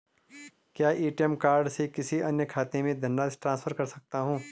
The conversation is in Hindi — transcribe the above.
क्या ए.टी.एम कार्ड से किसी अन्य खाते में धनराशि ट्रांसफर कर सकता हूँ?